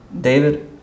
David